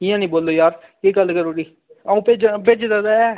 इ'यां निं बोल्लो यार केह् गल्ल करी ओड़ी अ'ऊं भेज्जे भेज्जे दा ते ऐ